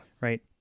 right